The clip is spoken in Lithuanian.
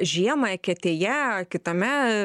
žiemą eketėje kitame